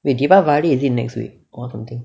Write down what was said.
wait deepavali is it next week or something